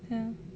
mm